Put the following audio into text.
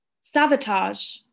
Sabotage